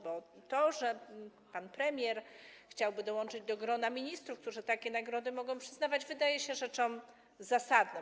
Bo to, że pan premier chciałby dołączyć do grona ministrów, którzy takie nagrody mogą przyznawać, wydaje się rzeczą zasadną.